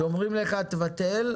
שאומרים לך תבטל,